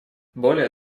более